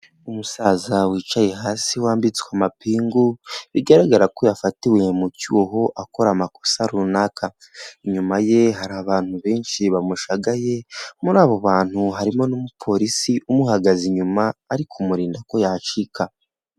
Umusaza wicaye hasi wambitswe amapingu, bigaragara ko yafatiwe mu cyuho akora amakosa runaka. Inyuma ye hari abantu benshi bamushagaye, muri abo bantu harimo n'umupolisi umuhagaze inyuma, ari kumurinda ko yacika.